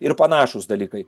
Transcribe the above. ir panašūs dalykai